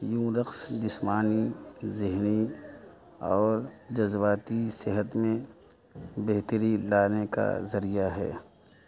یوں رقص جسمانی ذہنی اور جذباتی صحت میں بہتری لانے کا ذریعہ ہے